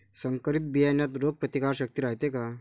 संकरित बियान्यात रोग प्रतिकारशक्ती रायते का?